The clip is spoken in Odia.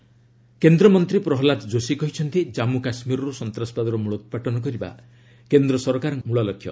ଜେକେ ଆଉଟ୍ରିଚ୍ କେନ୍ଦ୍ରମନ୍ତ୍ରୀ ପ୍ରହଲାଦ ଯୋଶୀ କହିଛନ୍ତି କାମ୍ମୁ କାଶ୍କୀରରୁ ସନ୍ତାସବାଦର ମ୍ମଳୋତ୍ପାଟନ କରିବା କେନ୍ଦ୍ର ସରକାରଙ୍କ ମୂଳ ଲକ୍ଷ୍ୟ